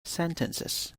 sentences